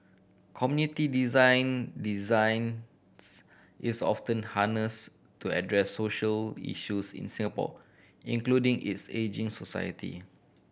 community design designs is often harnessed to address social issues in Singapore including its ageing society